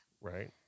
Right